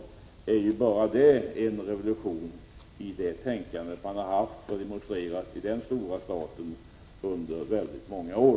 Bara detta är ju en revolution i det tänkande som man demonstrerat i den stora staten under väldigt många år.